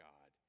God